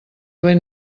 vent